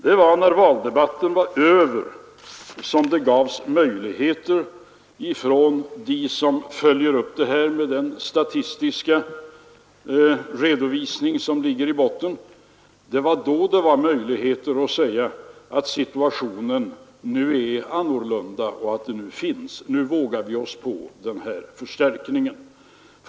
Först när valdebatten var över gav de som följer upp det här med en statistisk redovisning i botten oss möjligheter att säga att situationen nu är annorlunda och att vi vågar göra en stimulansförstärkning.